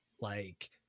like-